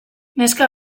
neska